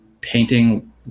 painting